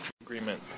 Agreement